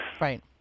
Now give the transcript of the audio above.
Right